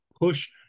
Push